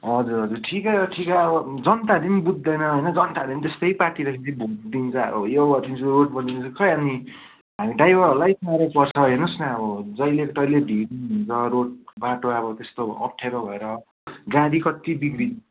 हजुर हजुर ठिकै हो ठिकै हो अब जनताहरूले नि बुझ्दैन होइन जनताहरूले नि त्यस्तै पार्टीलाई चाहिँ भोट दिन्छ अब यो गरिदिन्छु रोड बनाइदिन्छु खै अनि हामी ड्राइभरहरूलाई साह्रै पर्छ हेर्नु होस् न अब जहिले तहि ले भिड हुन्छ रोड बाटो अब त्यस्तो अप्ठ्यारो भएर गाडी कति बिग्रिन्छ